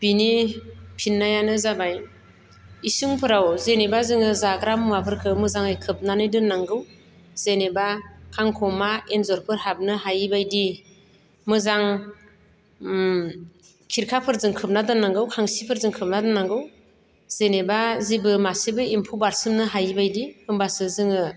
बिनि फिननायानो जाबाय इसिंफोराव जेनोबा जोङो जाग्रा मुवाफोरखो मोजाङै खोबनानै दोननांगौ जेनोबा खांखमा एन्जरफोर हाबनो हायैबायदि मोजां उम खिरखाफोरजों खोबना दोननांगौ खांसिफोरजों खोबना दोननांगौ जेनोबा जेबो मासेबो एम्फौ बारसोमनो हायै बायदि होमब्लासो जोङो